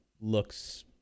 looks